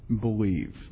believe